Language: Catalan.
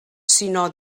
sinó